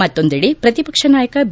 ಮತ್ತೊಂದೆಡೆ ಪ್ರತಿಪಕ್ಷ ನಾಯಕ ಬಿ